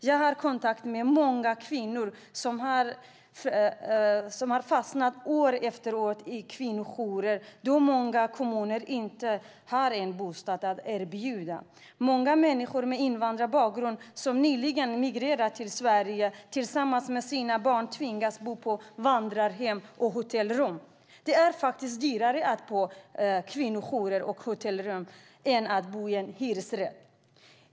Jag har kontakt med många kvinnor som har fastnat år efter år på kvinnojourer då många kommuner inte har bostäder att erbjuda. Många människor med invandrarbakgrund som nyligen migrerat till Sverige tillsammans med sina barn tvingas att bo på vandrarhem eller i hotellrum. Det är faktiskt dyrare att bo på kvinnojourer och hotellrum än att bo i en hyresrätt.